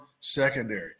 secondary